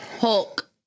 Hulk